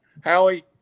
Howie